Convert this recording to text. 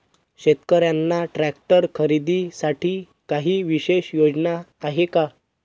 शेतकऱ्यांना ट्रॅक्टर खरीदीसाठी काही विशेष योजना आहे का?